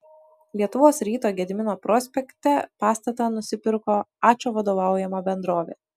lietuvos ryto gedimino prospekte pastatą nusipirko ačo vadovaujama bendrovė